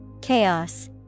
Chaos